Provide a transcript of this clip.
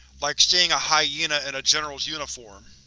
like seeing a hyena in a general's uniform.